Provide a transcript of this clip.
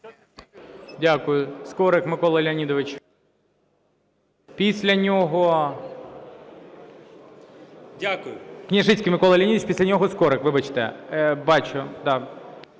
Дякую. Скорик Микола Леонідович. Після нього… Княжицький Микола Леонідович. Після нього Скорик. Вибачте. Бачу.